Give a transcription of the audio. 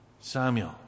Samuel